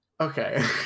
Okay